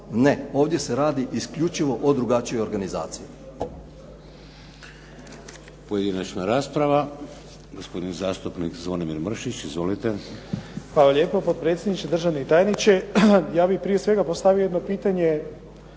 Ne, ovdje se radi isključivo o drugačijoj organizaciji.